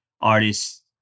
artists